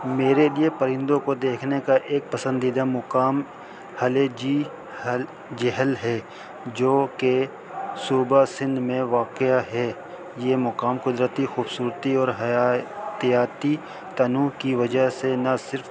میرے لیے پرندوں کو دیکھنے کا ایک پسندیدہ مقام حل جی ح جہل ہے جو کہ صوبہ سندھ میں واقعہ ہے یہ مقام قدرتی خوبصورتی اور حیاتیاتی تنوع کی وجہ سے نہ صرف